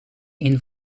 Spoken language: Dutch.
een